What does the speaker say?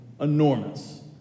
Enormous